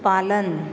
पालन